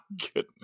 goodness